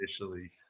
initially